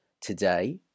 today